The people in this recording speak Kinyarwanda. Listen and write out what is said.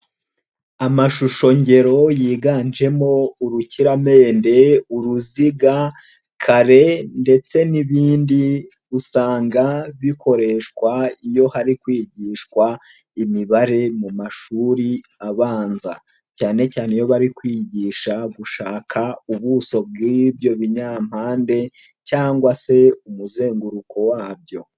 Amashusho ngero yiganjemo urukiramende, uruziga, kare ndetse n'ibindi usanga bikoreshwa iyo hari kwigishwa imibare mu mashuri abanza cyane cyane iyo bari kwigisha gushaka ubuso bw'ibyo binyampande cyangwa se umuzenguruko wabyo.